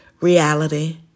reality